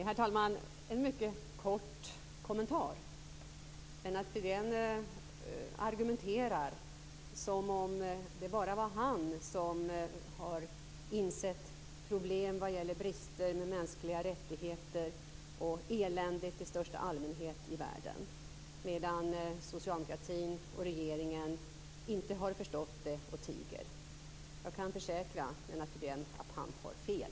Herr talman! Jag vill ge en mycket kort kommentar. Lennart Fridén argumenterar som om det bara var han som har insett problemen vad gäller brister i mänskliga rättigheter och elände i världen i största allmänhet, medan socialdemokratin och regeringen inte har förstått och tiger. Jag kan försäkra Lennart Fridén att han har fel.